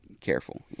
careful